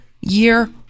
year